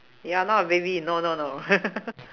ya not a baby no no no